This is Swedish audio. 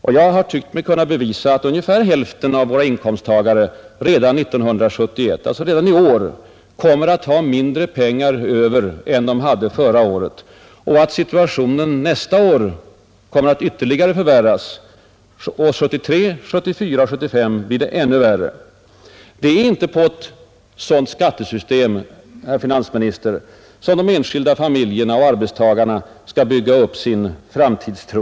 Vad jag har tyckt mig kunna bevisa är att ungefär hälften av våra inkomsttagare redan i år kommer att få mindre pengar över än förra året och att situationen nästa år kommer att ytterligare förvärras. Åren 1973, 1974 och 1975 blir det ännu värre. Det är inte på ett sådant skattesystem, herr finansminister, som de enskilda familjerna och arbetstagarna skall bygga upp sin framtidstro.